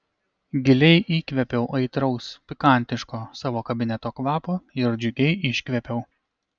giliai įkvėpiau aitraus pikantiško savo kabineto kvapo ir džiugiai iškvėpiau